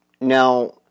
Now